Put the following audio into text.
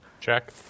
Check